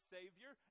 Savior